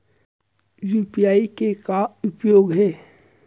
UPI के का उपयोग हे?